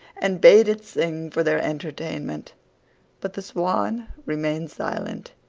and bade it sing for their entertainment but the swan remained silent.